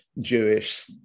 Jewish